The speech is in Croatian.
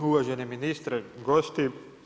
Uvaženi ministre, gosti.